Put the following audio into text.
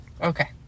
okay